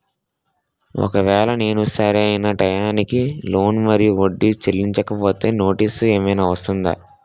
ఒకవేళ నేను సరి అయినా టైం కి లోన్ మరియు వడ్డీ చెల్లించకపోతే నోటీసు ఏమైనా వస్తుందా?